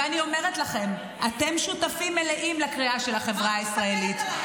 ואני אומרת לכם: אתם שותפים מלאים לקריעה של החברה הישראלית.